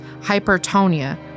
hypertonia